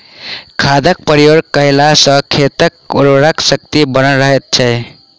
खादक प्रयोग कयला सॅ खेतक उर्वरा शक्ति बनल रहैत छै